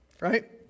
right